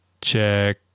check